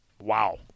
wow